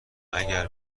اگر